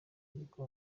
ariko